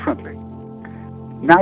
now